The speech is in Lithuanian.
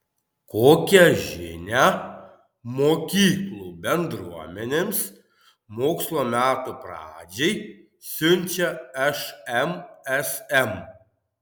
kokią žinią mokyklų bendruomenėms mokslo metų pradžiai siunčia šmsm